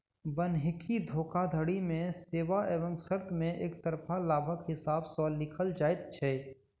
बन्हकी धोखाधड़ी मे सेवा एवं शर्त मे एकतरफा लाभक हिसाब सॅ लिखल जाइत छै